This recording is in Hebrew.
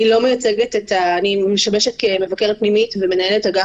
אני משמשת כמבקרת פנימית ומנהלת אגף